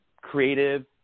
creative